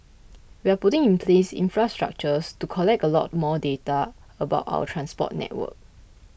we're putting in place infrastructures to collect a lot more data about our transport network